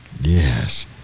Yes